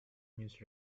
news